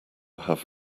have